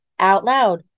OUTLOUD